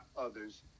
others